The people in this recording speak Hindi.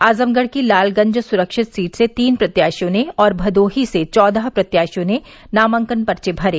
आजमगढ़ की लालगंज सुरक्षित सीट से तीन प्रत्याशियों ने और भदोही से चौदह प्रत्याशियों ने नामांकन पर्चे भरे